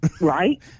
Right